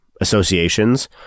associations